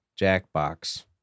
Jackbox